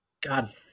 God